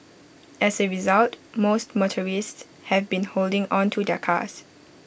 as A result most motorists have been holding on to their cars